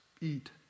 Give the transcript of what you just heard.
eat